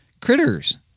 Critters